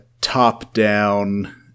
top-down